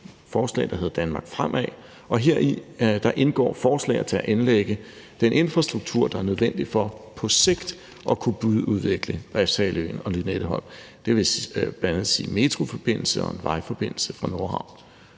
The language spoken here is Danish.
forslag, der hedder »Danmark fremad – infrastrukturplan 2035«, og heri indgår forslag til at anlægge den infrastruktur, der er nødvendig for på sigt at kunne udvikle både Refshaleøen og Lynetteholm, og det vil bl.a sige metroforbindelse og en vejforbindelse fra Nordhavn,